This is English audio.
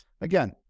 again